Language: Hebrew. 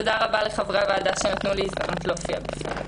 תודה רבה לחברי הוועדה שנתנו לי הזדמנות להופיע בפניהם.